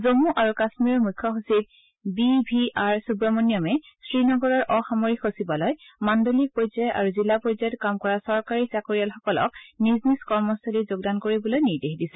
জম্মু আৰু কাশ্মীৰৰ মুখ্য সচিব বি ভি আৰ সুৱমনিয়নে শ্ৰীনগৰৰ অসামৰিক সচিবালয় মাণ্ডলিক পৰ্যায় আৰু জিলা পৰ্যায়ত কাম কৰা চৰকাৰী চাকৰিয়ালসকলক নিজ নিজ কৰ্মস্থলীত যোগদান কৰিবলৈ নিৰ্দেশ দিছে